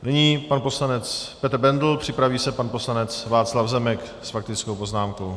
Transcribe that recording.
Nyní pan poslanec Petr Bendl, připraví se pan poslanec Václav Zemek s faktickou poznámkou.